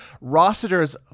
Rossiter's